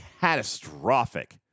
catastrophic